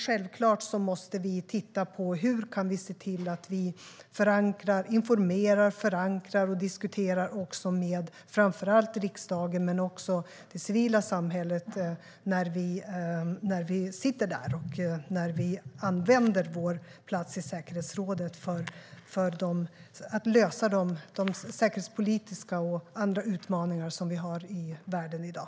Självklart måste vi titta på hur vi, när vi sitter där och använder vår plats i säkerhetsrådet, kan se till att förankra, informera och diskutera med framför allt riksdagen men också det civila samhället för att lösa säkerhetspolitiska utmaningar och andra utmaningar i världen i dag.